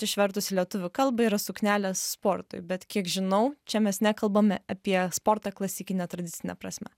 išvertus į lietuvių kalbą yra suknelės sportui bet kiek žinau čia mes nekalbame apie sportą klasikine tradicine prasme